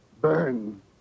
burn